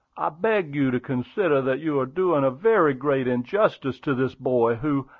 i beg you to consider that you are doing a very great injustice to this boy, who,